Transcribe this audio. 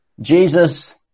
Jesus